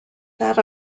that